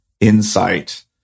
insight